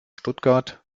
stuttgart